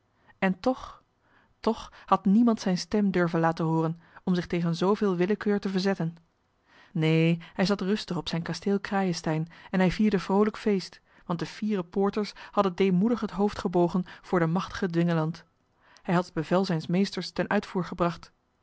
en toch toch had niemand zijne stem durven laten hooren om zich tegen zooveel willekeur te verzetten neen hij zat rustig op zijn kasteel crayenstein en hij vierde vroolijk feest want de fiere poorters hadden deemoedig het hoofd gebogen voor den machtigen dwingeland hij had het bevel zijns meesters ten uitvoer gebracht